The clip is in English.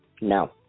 No